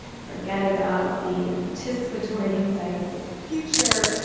forget about the anticipatory anxiety of the future.